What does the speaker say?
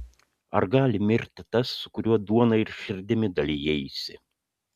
ar gali mirti tas su kuriuo duona ir širdimi dalijaisi